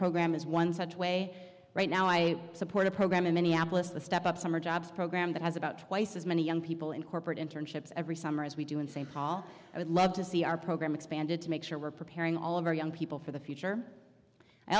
program is one such way right now i support a program in minneapolis the step up summer jobs program that has about twice as many young people in corporate internships every summer as we do in st paul i would love to see our program expanded to make sure we're preparing all of our young people for the future